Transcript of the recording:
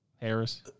Harris